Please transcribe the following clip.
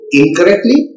incorrectly